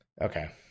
Okay